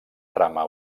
trama